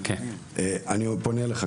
אני פונה אליך,